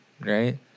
right